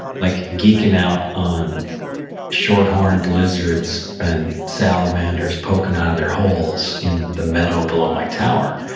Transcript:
like geeking out on short horned lizards and salamanders poking out of their holes in the metal below my tower.